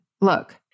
look